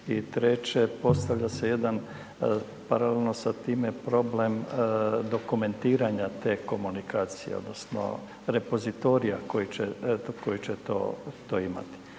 treće, postavlja se jedan paralelno s time, problem dokumentiranja te komunikacije, odnosno, repozitorija, koji će to imati.